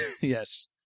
Yes